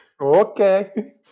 okay